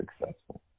successful